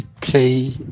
play